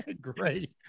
great